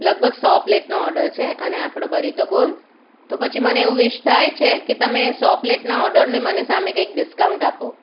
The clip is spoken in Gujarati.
લગભગ સો પ્લેટનો ઓડર છે અને આપણો બરીતો બોલ તો પછી મને એવું વીશ થાય છે કે તમે સો પ્લેટનો ઓડરની મને સામે કંઈક ડિસ્કાઉન્ટ આપો